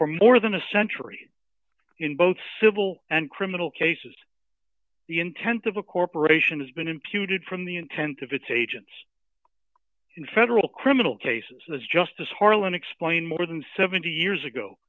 for more than a century in both civil and criminal cases the intent of a corporation has been imputed from the intent of its agents in federal criminal cases as justice harlan explain more than seventy years ago